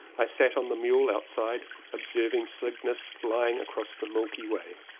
i sat on the mule outside observing cygnus flying across the milky way.